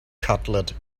cutlet